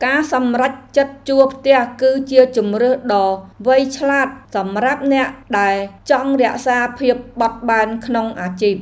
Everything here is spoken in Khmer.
ការសម្រេចចិត្តជួលផ្ទះគឺជាជម្រើសដ៏វៃឆ្លាត សម្រាប់អ្នកដែលចង់រក្សាភាពបត់បែនក្នុងអាជីព។